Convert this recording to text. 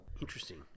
Interesting